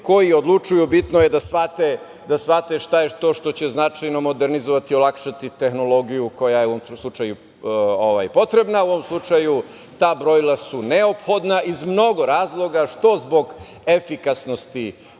koji odlučuju bitno je da shvate šta je to što će značajno modernizovati, olakšati tehnologiju koja je u ovom slučaju potrebna. U ovom slučaju ta brojila su neophodna iz mnogo razloga, što zbog efikasnosti